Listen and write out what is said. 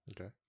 Okay